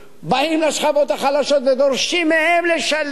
באים לשכבות החלשות ודורשים מהם לשלם